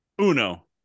uno